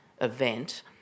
event